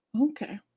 Okay